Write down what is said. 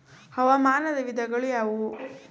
ಹವಾಮಾನದ ವಿಧಗಳು ಯಾವುವು?